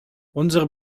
unsere